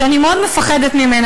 שאני מאוד מפחדת ממנה,